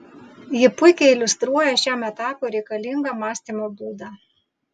ji puikiai iliustruoja šiam etapui reikalingą mąstymo būdą